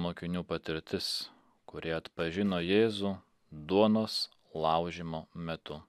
mokinių patirtis kuri atpažino jėzų duonos laužymo metu